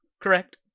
correct